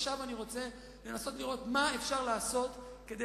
עכשיו אני רוצה לנסות לראות מה אפשר לעשות כדי